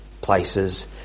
places